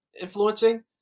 influencing